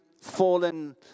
fallen